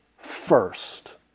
first